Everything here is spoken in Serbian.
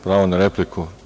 Pravo na repliku.